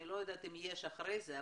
אני לא יודעת אם יש אחרי זה,